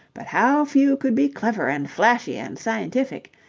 but how few could be clever and flashy and scientific?